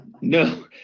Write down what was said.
No